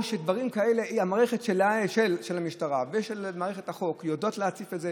או שדברים כאלה המערכת של המשטרה ומערכת החוק יודעות להציף,